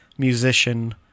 Musician